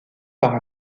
par